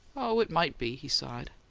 oh, it might be, he sighed.